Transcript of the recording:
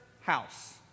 house